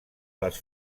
les